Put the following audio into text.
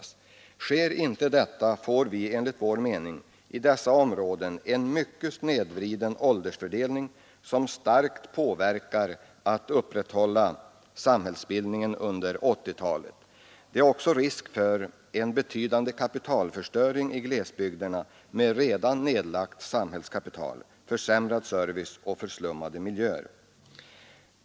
Sker inte detta uppstår enligt vår mening i dessa områden en mycket snedvriden åldersfördelning, som negativt påverkar möjligheterna att upprätthålla samhällsbildningen under 1980-talet. Det är också risk för en betydande kapitalförstöring i glesbygder med redan nedlagt samhällskapital, försämrad service och försummade miljöer.